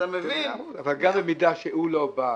אבל גם במידה שהוא לא בא,